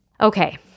Okay